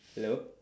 hello